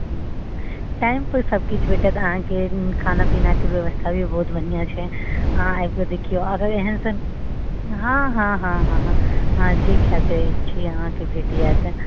हूँ हूँ टाइम पे सभकिछु भेटत अहाँकेँ खानापीनाके व्यवस्था भी बहुत बढ़िआँ छै अहाँ आबिके देखियौ आओर एहन सन हँ हँ हँ हँ अहाँ जे खाय चाहैत छी अहाँकेँ भेट जायत